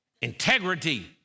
integrity